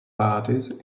parties